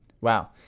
Wow